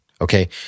Okay